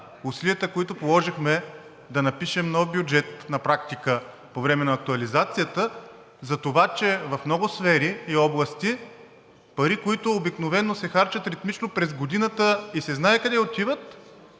усилията, които положихме да напишем нов бюджет на практика по време на актуализацията, за това, че в много сфери и области пари, които обикновено се харчат ритмично през годината и се знае къде отиват,